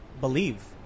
believe